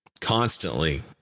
constantly